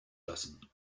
lassen